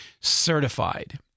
certified